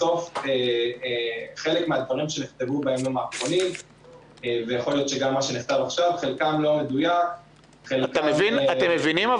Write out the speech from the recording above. בסוף הסיפור של ההודעות בתקשורת שהן לא מדויקות מייצר